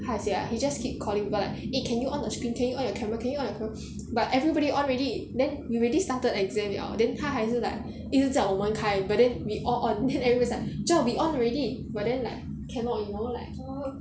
how to say ah he just keep calling but like eh can you on the screen can you on your camera can you on your camera but everybody on already then you already started exams liao then 他还是 like 一直叫人开 but then we all on then everybody is like cher we on already but then like cannot you know like